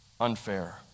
Unfair